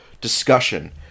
discussion